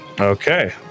okay